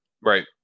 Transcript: right